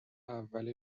اول